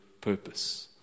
purpose